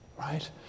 right